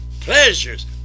pleasures